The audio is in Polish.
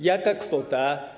Jaka kwota?